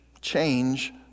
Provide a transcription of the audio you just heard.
change